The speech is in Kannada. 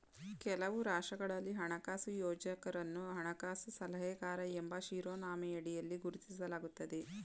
ಕೆಲವು ರಾಷ್ಟ್ರಗಳಲ್ಲಿ ಹಣಕಾಸು ಯೋಜಕರನ್ನು ಹಣಕಾಸು ಸಲಹೆಗಾರ ಎಂಬ ಶಿರೋನಾಮೆಯಡಿಯಲ್ಲಿ ಗುರುತಿಸಲಾಗುತ್ತದೆ